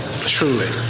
truly